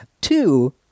Two